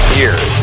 years